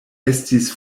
estis